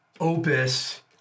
Opus